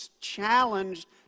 challenged